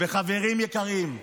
וחברים יקרים,